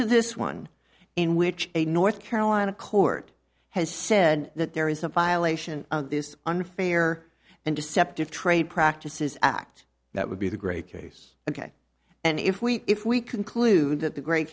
to this one in which a north carolina court has said that there is a violation of this unfair and deceptive trade practices act that would be the great case ok and if we if we conclude that the gre